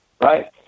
Right